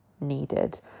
needed